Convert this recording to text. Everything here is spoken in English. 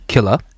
Killer